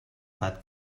fat